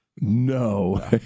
No